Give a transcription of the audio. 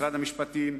משרד המשפטים,